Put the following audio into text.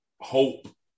hope